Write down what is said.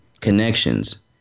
connections